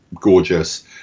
gorgeous